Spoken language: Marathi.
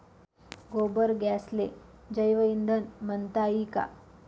गोबर गॅसले जैवईंधन म्हनता ई का?